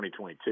2022